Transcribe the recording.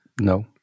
no